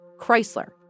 Chrysler